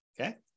Okay